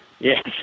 Yes